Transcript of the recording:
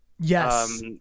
Yes